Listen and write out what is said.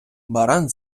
баран